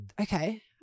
okay